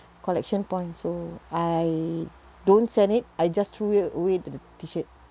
collection point so I don't send it I just threw it away the the T shirt